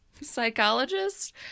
psychologist